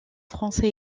français